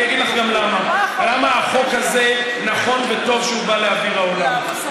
אני אגיד לך גם למה החוק הזה נכון וטוב שהוא בא לאוויר העולם.